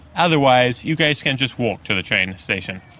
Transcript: otherwise you guys can just walk to the train station.